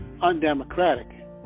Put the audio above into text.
undemocratic